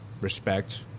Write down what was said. respect